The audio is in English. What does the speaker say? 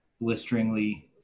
blisteringly